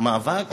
את המאבק